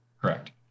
Correct